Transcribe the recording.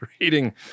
reading